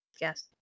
Yes